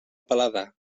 paladar